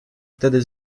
wtedy